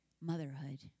motherhood